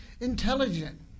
intelligent